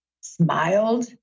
smiled